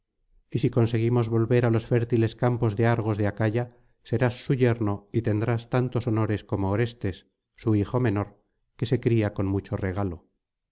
y si conseguimos volver á los fértiles campos de argos de acaya serás su yerno y tendrás tantos honores como orestes su hijo menor que se cría con mucho regalo